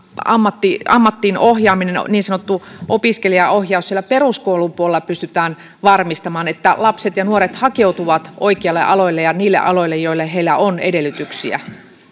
ammattiin ammattiin ohjaaminen niin sanottu opiskelijaohjaus siellä peruskoulun puolella pystytään varmistamaan että lapset ja nuoret hakeutuvat oikeille aloille ja niille aloille joille heillä on edellytyksiä